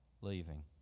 leaving